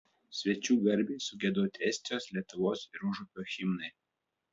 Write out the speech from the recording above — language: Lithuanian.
svečių garbei sugiedoti estijos lietuvos ir užupio himnai